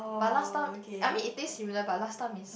but last time I mean it taste similar but last time is